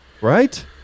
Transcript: right